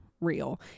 real